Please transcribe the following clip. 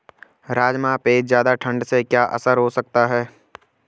राजमा पे ज़्यादा ठण्ड से क्या असर हो सकता है?